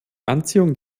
anziehung